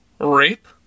Rape